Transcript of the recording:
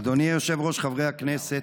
אדוני היושב-ראש, חברי הכנסת,